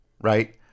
right